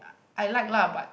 I like lah but